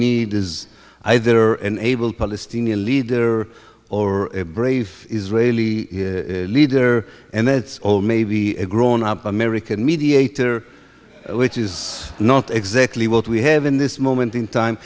need is either an able palestinian leader or a brave israeli leader and that's all maybe a grown up american mediator which is not exactly what we have in this moment in time